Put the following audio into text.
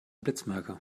blitzmerker